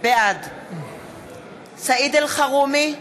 בעד סעיד אלחרומי,